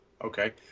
Okay